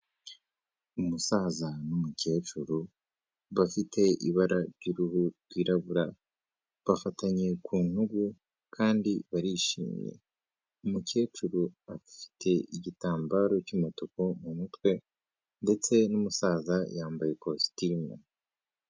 Umusaza n'umukecuru bafite ibara ry'uruhu rwirabura bafatanye ku ntugu kandi barishimye, umukecuru afite igitambaro cy'umutuku mu mutwe ndetse n'umusaza yambaye ikositimu.